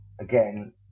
again